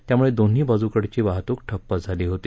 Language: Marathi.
यामुळे दोन्ही बाजूची वाहतूक ठप्प झाली होती